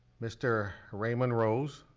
mr. raymond rose,